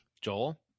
Joel